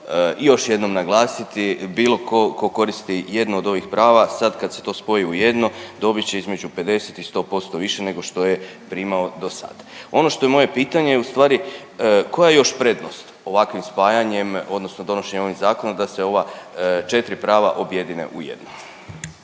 još jednom naglasiti bilo tko ko koristi jedno od ovih prava, sad kad se to spoji u jedno dobit će između 50 i 100% više nego što je primao do sada. Ono što je moje pitanje je u stvari, koja je još prednost ovakvim spajanjem odnosno donošenjem ovih zakona da se ova 4 prava objedine u jedno.